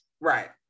Right